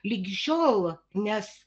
ligi šiol nes